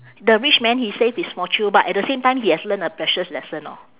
the rich man he save his fortune but at the same time he has learned a precious lesson orh